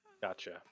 Gotcha